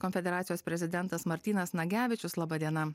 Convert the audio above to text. konfederacijos prezidentas martynas nagevičius laba diena